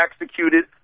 executed